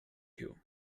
you